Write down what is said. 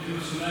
שאני לא שר.